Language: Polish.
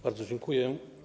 Bardzo dziękuję.